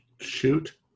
shoot